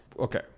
Okay